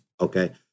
okay